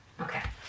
Okay